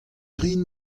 rin